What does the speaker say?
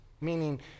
meaning